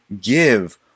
give